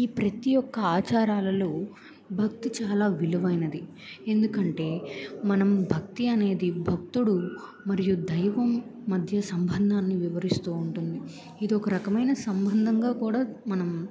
ఈ ప్రతి ఒక్క ఆచారాలలో భక్తి చాలా విలువైనది ఎందుకంటే మనం భక్తి అనేది భక్తుడు మరియు దైవం మధ్య సంబంధాన్ని వివరిస్తూ ఉంటుంది ఇది ఒక రకమైన సంబంధంగా కూడా మనం